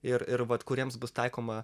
ir ir vat kuriems bus taikoma